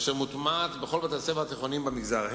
אשר מוטמעת בכל בתי-הספר התיכוניים במגזר,